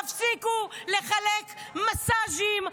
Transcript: תפסיקו לחלק מסאז'ים.